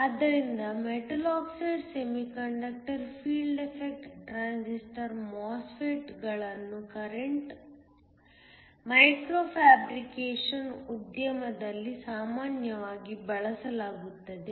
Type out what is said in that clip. ಆದ್ದರಿಂದ metal oxide semiconductor field effect transistor ಗಳನ್ನು current micro fabrication ಉದ್ಯಮದಲ್ಲಿ ಸಾಮಾನ್ಯವಾಗಿ ಬಳಸಲಾಗುತ್ತದೆ